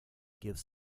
gives